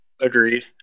agreed